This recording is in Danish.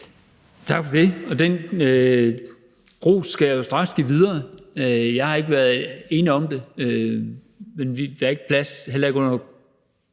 Tak for det, og den ros skal jeg jo straks give videre. Jeg har ikke været ene om det, men der er ikke plads – heller ikke uden